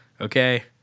okay